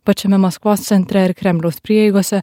pačiame maskvos centre ir kremliaus prieigose